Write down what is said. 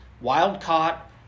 Wild-caught